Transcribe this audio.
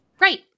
Right